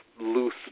loose